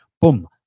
Boom